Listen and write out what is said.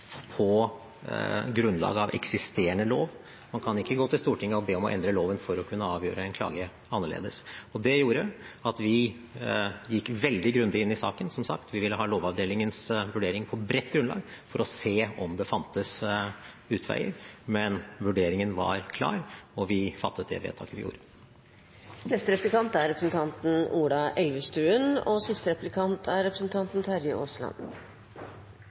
på grunnlag av eksisterende lov, man kan ikke gå til Stortinget og be om å få endret loven for å kunne avgjøre en klage annerledes. Det gjorde at vi gikk veldig grundig inn i saken, som sagt. Vi ville ha Lovavdelingens vurdering på bredt grunnlag for å se om det fantes utveier, men vurderingen var klar, og vi fattet det vedtaket vi gjorde. Det er mye snakk om en høyesterettsdom i Sverige og det å se på den. Men mitt spørsmål er: